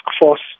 force